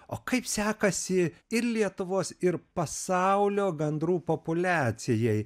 o kaip sekasi ir lietuvos ir pasaulio gandrų populiacijai